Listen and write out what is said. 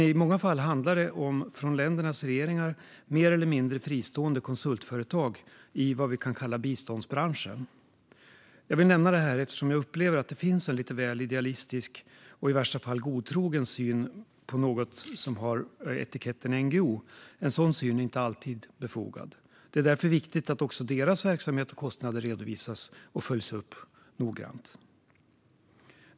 I många fall handlar det dock om från ländernas regeringar mer eller mindre fristående konsultföretag i vad vi kan kalla biståndsbranschen. Jag vill nämna detta eftersom jag upplever att det finns en lite väl idealistisk och i värsta fall godtrogen syn på det som har etiketten NGO. En sådan syn är inte alltid befogad. Det är därför viktigt att också NGO:ers verksamhet och kostnader redovisas och följs upp noggrant.